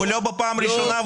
ולא בפעם הראשונה.